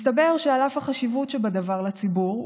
מסתבר שעל אף החשיבות שבדבר לציבור,